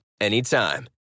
Anytime